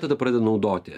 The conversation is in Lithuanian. tada pradeda naudoti